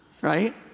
right